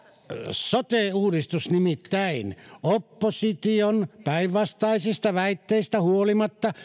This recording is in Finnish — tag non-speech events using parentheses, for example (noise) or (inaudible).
sote uudistus nimittäin opposition päinvastaisista väitteistä huolimatta (unintelligible)